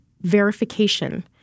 verification